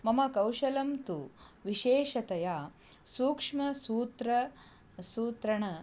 मम कौशलं तु विशेषतया सूक्ष्मसूत्रं सूत्रेण